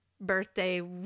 birthday